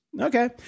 Okay